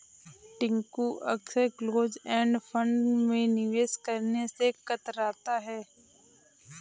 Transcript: टिंकू अक्सर close end fund में निवेश करने से कतराता है